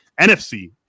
NFC